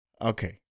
Okay